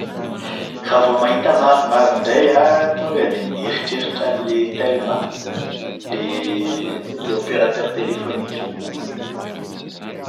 Raha vao mahita mavomavo indray an, tonga dia mieritreritra an'ilay Telma. Ilay "opérateur téléphonique".